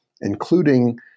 including